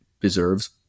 deserves